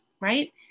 right